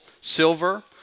silver